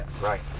right